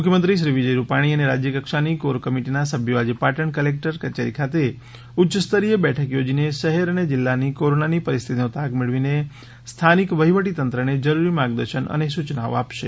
મુખ્યમંત્રીશ્રી વિજય રૂપાણી અને રાજ્ય કક્ષાની કોર કમિટીના સભ્યો આજે પાટણ કલેક્ટર કચેરી ખાતે ઉચ્યસ્તરીય બેઠક યોજીને શહેર અને જિલ્લાની કોરોનાની પરિસ્થિતિનો તાગ મેળવીને સ્થાનિક વહીવટી તંત્રને જરૂરી માર્ગદર્શન અને સૂચનાઓ આપશે